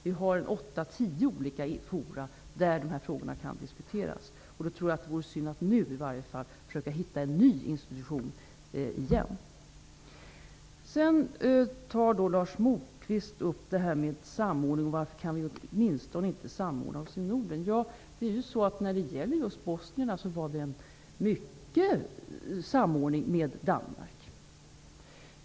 Vi har åtta tio forum där frågorna kan diskuteras, och jag tror att det vore synd att återigen försöka hitta en ny institution. Lars Moquist tog upp frågan om varför vi inte kan samordna oss åtminstone i Norden. När det gällde just bosnierna gjordes en mycket stor samordning med Danmark.